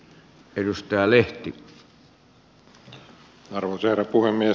arvoisa herra puhemies